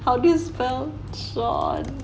how do you spell shawn